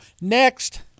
next